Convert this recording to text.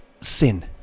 sin